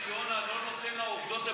יוסי יונה לא נותן לעובדות לבלבל,